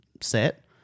set